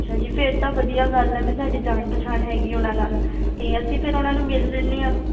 ਅੱਛਾ ਜੀ ਫਿਰ ਤਾਂ ਵਧੀਆ ਗੱਲ ਹੈ ਵੀ ਸਾਡੀ ਜਾਣ ਪਛਾਣ ਹੈਗੀ ਉਹਨਾਂ ਨਾਲ ਅਤੇ ਅਸੀਂ ਫਿਰ ਉਹਨਾਂ ਨੂੰ ਮਿਲ ਲੈਂਦੇ ਹਾਂ